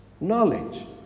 Knowledge